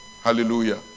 Hallelujah